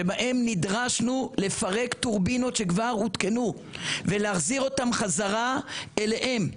שבהם נדרשנו לפרק טורבינות שכבר הותקנו ולהחזיר אותם בחזרה אליהם,